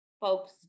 folks